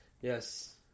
Yes